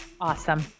Awesome